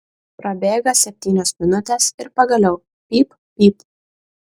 prabėga septynios minutės ir pagaliau pyp pyp